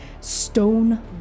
stone